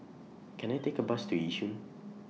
Can I Take A Bus to Yishun